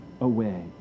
away